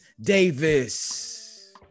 Davis